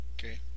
Okay